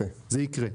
זה יקרה.